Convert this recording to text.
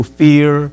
fear